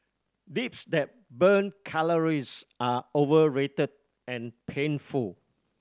dips that burn calories are overrated and painful